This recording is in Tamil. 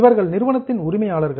இவர்கள் நிறுவனத்தின் உரிமையாளர்கள்